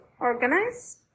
organize